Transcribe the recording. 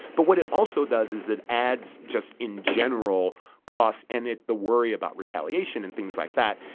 but what it also does is it adds, just in general, costs, and it the worry about retaliation and things like that.